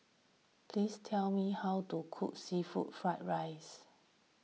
please tell me how to cook Seafood Fried Rice